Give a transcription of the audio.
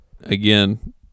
again